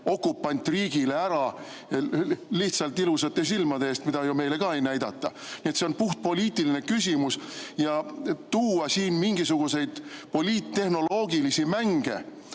okupantriigile ära lihtsalt ilusate silmade eest, mida meile isegi ei näidata. Nii et see on puhtpoliitiline küsimus. Tuua siin mingisuguseid poliittehnoloogilisi mänge